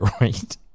right